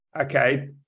okay